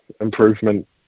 improvement